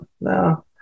No